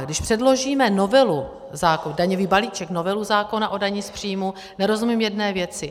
Když předložíme novelu zákona, daňový balíček, novelu zákona o dani z příjmu, nerozumím jedné věci.